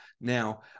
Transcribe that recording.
Now